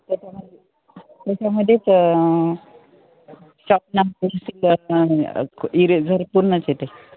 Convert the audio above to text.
त्याच्यामध्ये त्याच्यामध्येच sharpener eraser पूर्णच येते